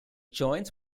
joins